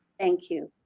thank you.